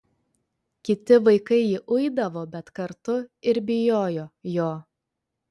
kiti vaikai jį uidavo bet kartu ir bijojo jo